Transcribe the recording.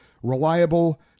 reliable